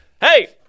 Hey